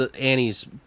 Annie's